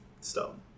stone